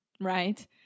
right